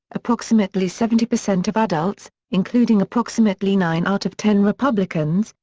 approximately seventy percent of adults, including approximately nine out of ten republicans,